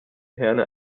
herne